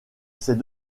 ses